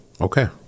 Okay